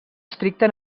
estricta